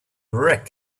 wreck